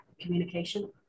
communication